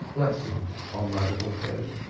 blessings on thy little head,